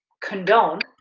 condoned.